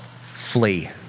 Flee